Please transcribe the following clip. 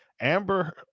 Amber